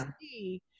see